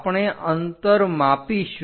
આપણે અંતર માપીશું